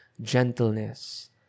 gentleness